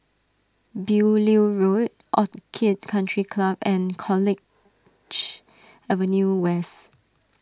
Beaulieu Road Orchid Country Club and College Avenue West